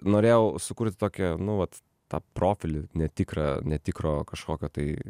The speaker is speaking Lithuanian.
norėjau sukurti tokį nu vat tą profilį netikrą netikro kažkokio tai